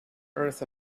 earth